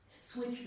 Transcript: switch